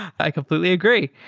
i completely agree.